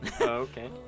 Okay